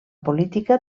política